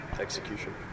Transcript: execution